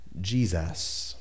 Jesus